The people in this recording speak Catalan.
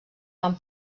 van